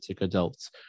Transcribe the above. adults